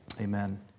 Amen